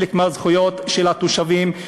חלק מהזכויות של התושבים,